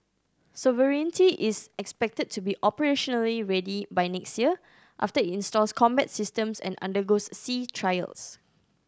sovereignty is expected to be operationally ready by next year after it installs combat systems and undergoes sea trials